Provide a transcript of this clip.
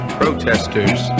protesters